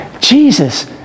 Jesus